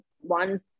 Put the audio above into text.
one